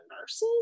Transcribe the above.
nurses